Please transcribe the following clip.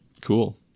Cool